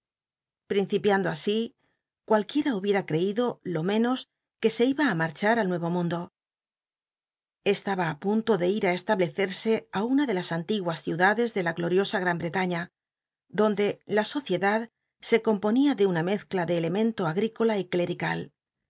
uhlo así cualquiera hubiera l t'citlo lo menos qnr se iba ú nhil'that al nuevo mundo estaba á punto de ir á establecerse á una de las anti guas ciudades de la gloriosa gt ln br laiia donde la sociedad se eomponia de una mezcla de clcmenl j agrícola y clcl'ical